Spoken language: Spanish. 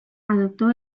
adoptó